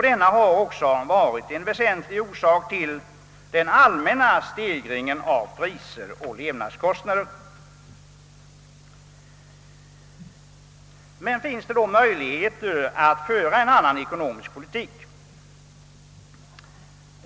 Denna har också varit en väsentlig orsak till den allmänna stegringen av priser och levnadskostnader. Finns det då möjligheter att föra en annan ekonomisk politik?